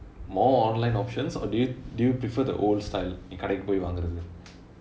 more online options or do you do you prefer the old style நீ கடைக்கு போய் வாங்குறது:nee kadaikku poi vaangurathu